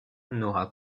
n’aura